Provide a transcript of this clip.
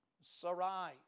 Sarai